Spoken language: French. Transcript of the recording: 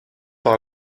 par